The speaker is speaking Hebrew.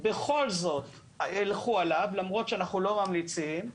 בכל זאת ילכו עליו, למרות שאנחנו לא ממליצים.